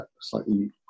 slightly